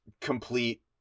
complete